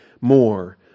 more